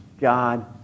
God